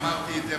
אמרתי את זה,